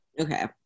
Okay